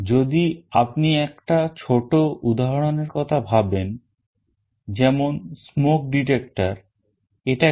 যদি আপনি একটা ছোট উদাহরণের কথা ভাবেন যেমন smoke detector এটা কি